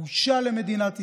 בושה למדינת ישראל,